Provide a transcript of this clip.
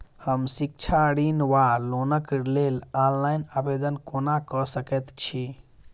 हम शिक्षा ऋण वा लोनक लेल ऑनलाइन आवेदन कोना कऽ सकैत छी?